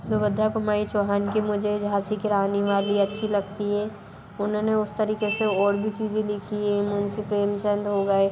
सुभद्रा कुमारी चौहान की मुझे झांसी की रानी वाली अच्छी लगती है उन्होंने उस तरीके से और भी चीज़ें लिखी हैं मुंशी प्रेमचंद हो गए